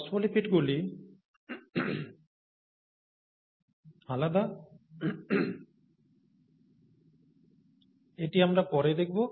ফসফোলিপিডগুলি আলাদা এটি আমরা পরে দেখব